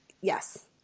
Yes